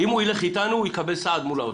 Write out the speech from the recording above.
אם הוא ילך איתנו, הוא יקבל סעד מול האוצר.